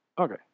Okay